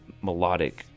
melodic